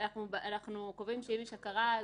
אנחנו קובעים שאם יש הכרה,